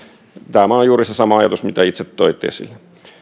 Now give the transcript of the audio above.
tämä on juuri se sama ajatus mitä itse toitte esille